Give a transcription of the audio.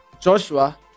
Joshua